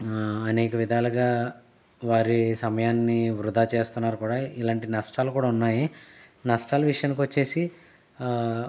అనేక విధాలుగా వారి సమయాన్ని వృధా చేస్తున్నారు కూడా ఇలాంటి నష్టాలు కూడా ఉన్నాయి నష్టాలు విషయానికోచ్చేసి